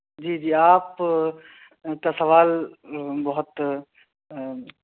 جی جی آپ کا سوال بہت